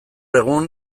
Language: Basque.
egun